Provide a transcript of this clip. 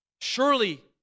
Surely